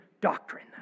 doctrine